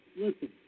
Listen